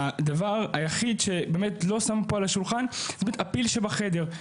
הדבר היחיד שבאמת לא שמו פה על השולחן הוא הפיל שבחדר.